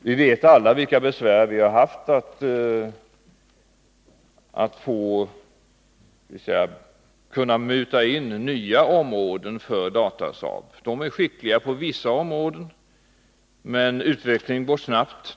Vi vet alla vilka besvär vi har haft att kunna muta in nya områden för Datasaab. Man är där skicklig på vissa områden, men utvecklingen går snabbt.